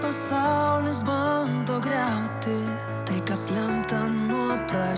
pasaulis bando griauti tai kas lemta nuo pra